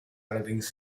allerdings